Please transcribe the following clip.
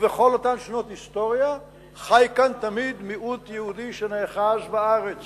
ובכל אותן שנות היסטוריה חי כאן תמיד מיעוט יהודי שנאחז בארץ